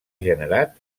generat